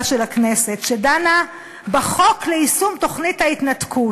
של הכנסת בחוק יישום תוכנית ההתנתקות.